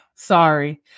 Sorry